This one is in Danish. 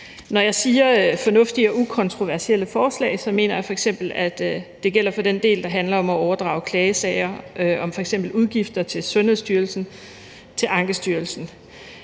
Når jeg siger fornuftige og ukontroversielle forslag, mener jeg f.eks., at det gælder for den del, der handler om at overdrage klagesager om f.eks. udgifter til Sundhedsstyrelsen til Ankestyrelsen,